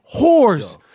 whores